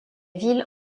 ville